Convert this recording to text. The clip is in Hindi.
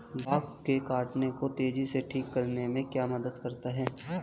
बग के काटने को तेजी से ठीक करने में क्या मदद करता है?